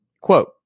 quote